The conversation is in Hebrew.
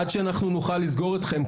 עד שאנחנו נוכל לסגור אותכם,